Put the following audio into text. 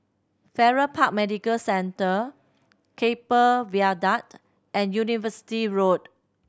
Farrer Park Medical Centre Keppel Viaduct and University Road